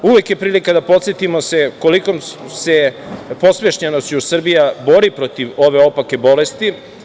Uvek je prilika da se podsetimo sa kolikom se posvećenošću Srbija bori protiv ove opake bolesti.